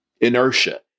Inertia